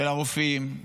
של הרופאים,